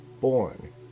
born